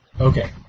Okay